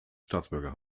staatsbürger